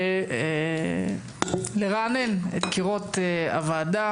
לרענן את קירות הוועדה,